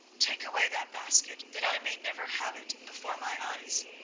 take away that basket, that i may never have it before my eyes.